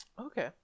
Okay